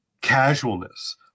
casualness